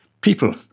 people